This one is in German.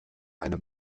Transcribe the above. eine